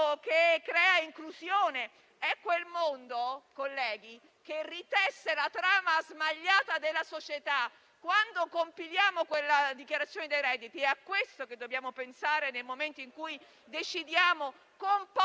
che crea inclusione, che ritesse la trama smagliata della società. Quando compiliamo la dichiarazione dei redditi è a questo che dobbiamo pensare, nel momento in cui decidiamo, con poco,